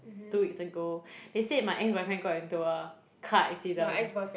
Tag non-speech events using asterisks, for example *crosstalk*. two weeks ago *breath* they said my ex-boyfriend got into a car accident